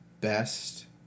best